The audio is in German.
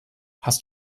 hast